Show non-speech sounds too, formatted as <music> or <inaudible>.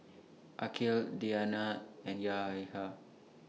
Aqil Diyana and <unintelligible>